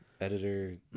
Editor